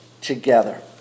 together